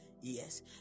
yes